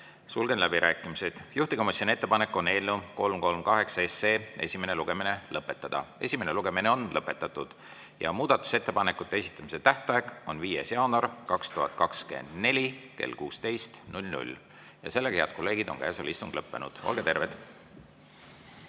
Sulgen läbirääkimised. Juhtivkomisjoni ettepanek on eelnõu 338 esimene lugemine lõpetada. Esimene lugemine on lõpetatud ja muudatusettepanekute esitamise tähtaeg on 5. jaanuar 2024 kell 16. Head kolleegid, istung on lõppenud. Olge terved!